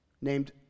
named